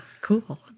cool